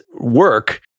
work